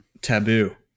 Taboo